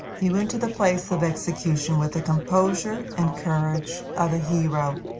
he went to the place of execution with the composure and courage of a hero.